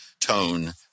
tone